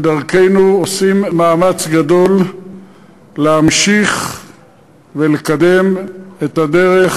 בדרכנו, עושים מאמץ גדול להמשיך ולקדם את הדרך,